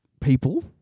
people